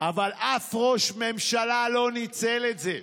אבל אף ראש ממשלה לא ניצל את זה.